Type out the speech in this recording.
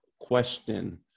question